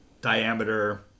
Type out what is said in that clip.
diameter